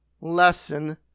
lesson